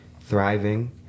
thriving